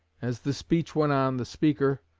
as the speech went on, the speaker,